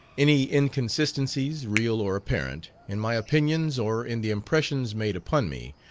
any inconsistencies, real or apparent, in my opinions or in the impressions made upon me,